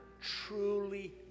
truly